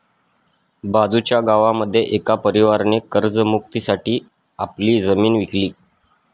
बाजूच्या गावामध्ये एका परिवाराने कर्ज मुक्ती साठी आपली जमीन विकली